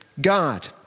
God